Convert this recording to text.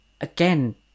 again